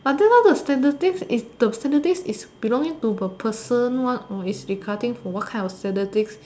I think all the statistic is the statistic is belonging to the person one or is regarding for what kind of statistic